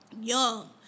young